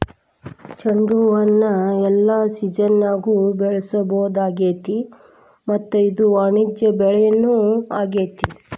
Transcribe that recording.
ಚಂಡುಹೂನ ಎಲ್ಲಾ ಸಿಜನ್ಯಾಗು ಬೆಳಿಸಬಹುದಾಗೇತಿ ಮತ್ತ ಇದು ವಾಣಿಜ್ಯ ಬೆಳಿನೂ ಆಗೇತಿ